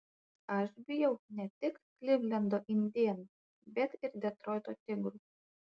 aš bijau ne tik klivlendo indėnų bet ir detroito tigrų